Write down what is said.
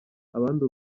abandi